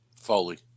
Foley